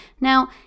Now